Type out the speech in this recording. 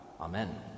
Amen